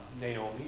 Naomi